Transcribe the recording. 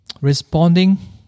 responding